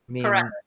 Correct